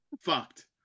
Fucked